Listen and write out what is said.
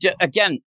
again